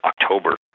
October